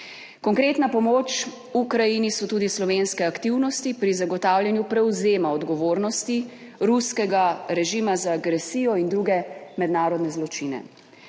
Konkretna pomoč Ukrajini so tudi slovenske aktivnosti pri zagotavljanju prevzema odgovornosti ruskega režima za agresijo in druge mednarodne zločine.